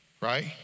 right